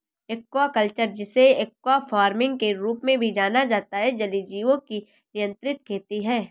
aquaculture, जिसे aqua farming के रूप में भी जाना जाता है, जलीय जीवों की नियंत्रित खेती है